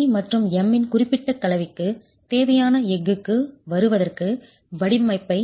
P மற்றும் M இன் குறிப்பிட்ட கலவைக்கு தேவையான எஃகுக்கு வருவதற்கு வடிவமைப்பை